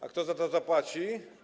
A kto za to zapłaci?